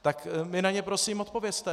Tak mi na ně prosím odpovězte.